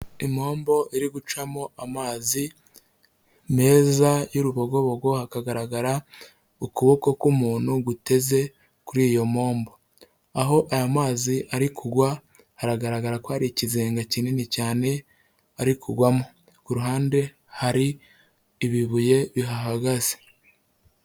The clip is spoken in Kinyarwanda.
Impombo iri gucamo amazi meza y'urubogobogo hakagaragara ukuboko k'umuntu guteze kuri iyo mpombo aho aya mazi ari kugwa haragaragara ko hari ikizenga kinini cyane ari kugwamo ku ruhande hari ibibuye bihagaze.